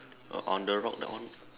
uh on the rock that one